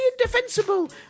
indefensible